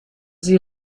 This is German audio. sie